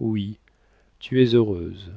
oui tu es heureuse